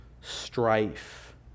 strife